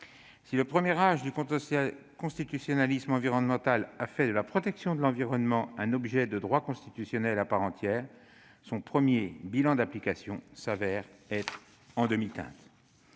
Si le premier âge du constitutionnalisme environnemental a fait de la protection de l'environnement un objet de droit constitutionnel à part entière, son premier bilan d'application se révèle en demi-teinte.